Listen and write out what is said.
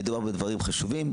מדובר בדברים חשובים,